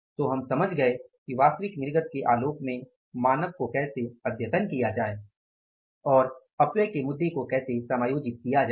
तो हम समझ गए कि वास्तविक निर्गत के आलोक में मानक को कैसे अद्यतन किया जाए और अपव्यय के मुद्दे को कैसे समायोजित किया जाए